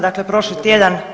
Dakle, prošli tjedan